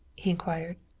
he inquired.